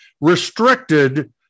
restricted